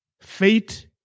fate